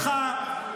וביטחון.